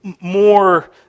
more